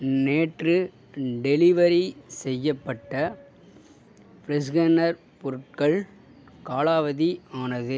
நேற்று டெலிவெரி செய்யப்பட்ட ஃப்ரெஷ்கனர் பொருட்கள் காலாவதி ஆனது